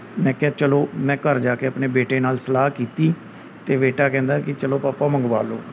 ਮੈਂ ਕਿਹਾ ਚਲੋ ਮੈਂ ਘਰ ਜਾ ਕੇ ਆਪਣੇ ਬੇਟੇ ਨਾਲ ਸਲਾਹ ਕੀਤੀ ਅਤੇ ਬੇਟਾ ਕਹਿੰਦਾ ਕਿ ਚਲੋ ਪਾਪਾ ਮੰਗਵਾ ਲਓ